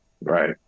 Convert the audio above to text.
Right